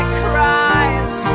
cries